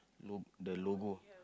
lo~ the logo